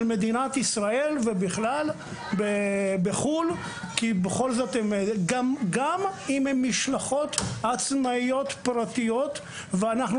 מדינת ישראל ובכלל בחוץ לארץ גם אם הן משלחות עצמאיות פרטיות ואנחנו